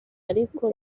ariko